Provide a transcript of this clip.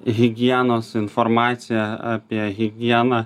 higienos informacija apie higieną